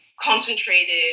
concentrated